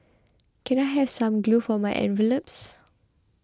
can I have some glue for my envelopes